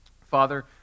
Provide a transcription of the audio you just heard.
Father